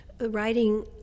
writing